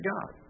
God